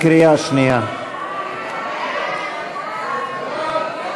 58, נגד, 61. הסתייגויות הפחתת